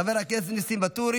חבר הכנסת אחמד טיבי,